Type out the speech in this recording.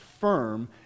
firm